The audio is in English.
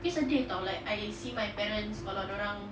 tapi sedih [tau] like I see my parents kalau dorang